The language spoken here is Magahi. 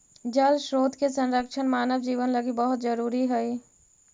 जल स्रोत के संरक्षण मानव जीवन लगी बहुत जरूरी हई